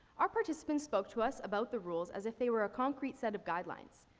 are participants spoke to us about the rules as if they were a concrete set of guidelines.